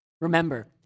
Remember